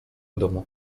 domu